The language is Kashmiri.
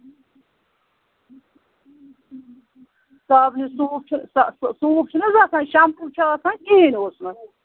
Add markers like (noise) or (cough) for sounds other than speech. (unintelligible) صابنہِ سوٗپ چھُ سوٗپ چھُ نہٕ حظ آسان شَمپوٗ چھُ آسان کِہیٖنۍ اوس نہٕ